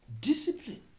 discipline